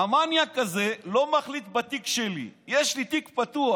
"המניאק הזה לא מחליט בתיק שלי, יש לי תיק פתוח"